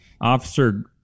Officer